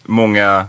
många